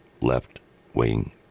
left-wing